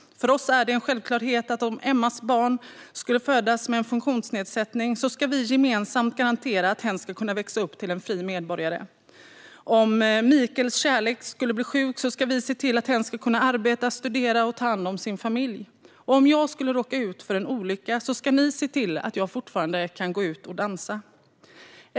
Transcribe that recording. För oss är det en självklarhet att om Emmas barn skulle födas med en funktionsnedsättning ska vi gemensamt garantera att hen ska kunna växa upp till en fri medborgare. Om Mikaels kärlek blir sjuk ska vi se till att hen ska kunna arbeta, studera och ta hand om sin familj. Och om jag skulle råka ut för en olycka ska ni se till att jag fortfarande kan gå ut och dansa.